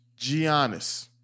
Giannis